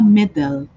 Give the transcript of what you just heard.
middle